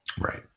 right